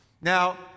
Now